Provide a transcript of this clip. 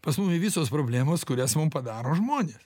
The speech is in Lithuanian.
pas mumi visos problemos kurias mum padaro žmonės